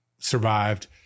survived